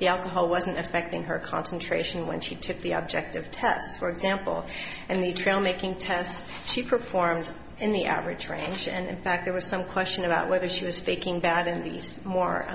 the alcohol wasn't affecting her concentration when she took the objective tests for example and the trail making test she performed in the average range and in fact there was some question about whether she was faking bad in these more